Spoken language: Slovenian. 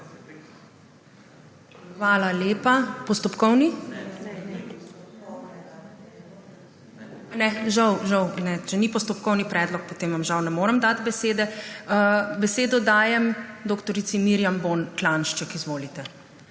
Hvala lepa. Postopkovni? (Ne.) Žal ne. Če ni postopkovni predlog, potem vam žal ne morem dati besede. Besedo dajem dr. Mirjam Bon Klanjšček. Izvolite.